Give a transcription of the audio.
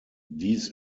dies